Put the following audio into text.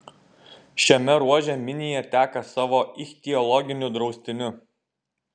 šiame ruože minija teka savo ichtiologiniu draustiniu